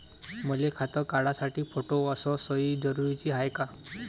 मले खातं काढासाठी फोटो अस सयी जरुरीची हाय का?